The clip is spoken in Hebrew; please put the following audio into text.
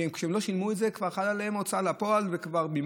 וכשהם לא שילמו את זה כבר חלו עליהם הוצאה לפועל ומימוש.